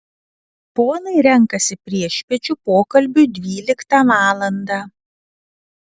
ponai renkasi priešpiečių pokalbiui dvyliktą valandą